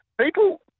people